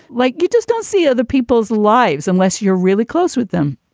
like you just don't see other people's lives unless you're really close with them.